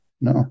no